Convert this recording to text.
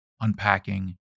unpacking